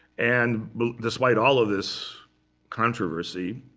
and despite all of this controversy,